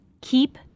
keep